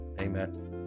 Amen